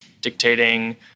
Dictating